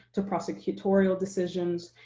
to prosecutorial decisions,